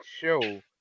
show